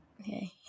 Okay